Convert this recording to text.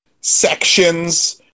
sections